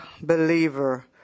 believer